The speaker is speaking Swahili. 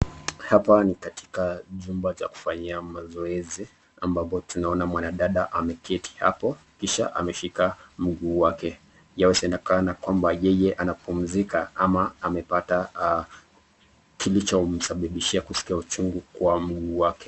Hapa ni katika chumba cha kufanyia mazoezi ambapo tunaona mwanadada ameketi hapo, kisha ameshika mguu wake. Yawezekana kwamba yeye anapumzika ama amepata kilichomsababisha kuskia uchungu kwa mguu wake.